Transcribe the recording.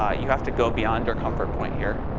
ah you have to go beyond your comfort point here,